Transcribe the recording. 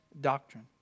doctrine